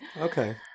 Okay